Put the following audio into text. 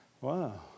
Wow